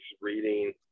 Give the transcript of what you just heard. reading